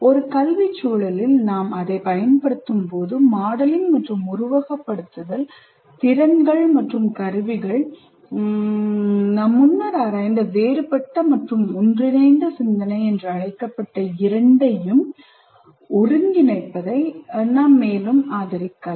ஒரு கல்விச் சூழலில் நாம் அதைப் பயன்படுத்தும்போது மாடலிங் மற்றும் உருவகப்படுத்துதல் திறன்கள் மற்றும் கருவிகள் நாம் முன்னர் ஆராய்ந்த வேறுபட்ட மற்றும் ஒன்றிணைந்த சிந்தனை என அழைக்கப்பட்ட இரண்டையும் ஒருங்கிணைப்பதை நாம் மேலும் ஆதரிக்கலாம்